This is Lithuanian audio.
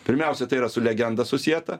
pirmiausia tai yra su legenda susieta